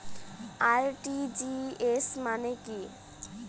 RTGS মানে কি?